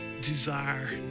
desire